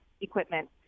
equipment